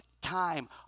time